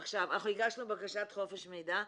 אז אנחנו הגשנו בקשת חופש מידע,